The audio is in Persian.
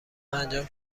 انجام